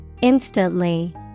Instantly